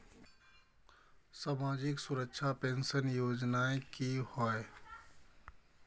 सामाजिक सुरक्षा पेंशन योजनाएँ की होय?